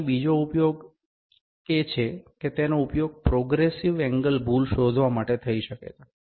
હવે અહીં બીજો ઉપયોગ છે કે તેનો ઉપયોગ પ્રોગ્રેસીવ એંગલ ભૂલ શોધવા માટે થઈ શકે છે